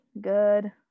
good